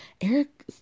Eric